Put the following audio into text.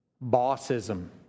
Bossism